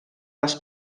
les